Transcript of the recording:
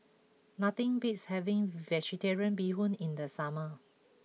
nothing beats having Vegetarian Bee Hoon in the summer